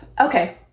Okay